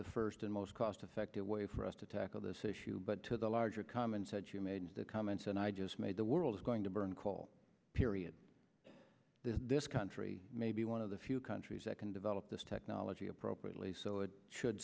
the first and most cost effective way for us to tackle this issue but to the larger common the comments and i just made the world is going to burn coal period this country may be one of the few countries that can develop this technology appropriately so it should